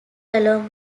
along